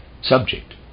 subject